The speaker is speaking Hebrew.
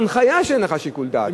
בהנחיה שאין לך שיקול דעת.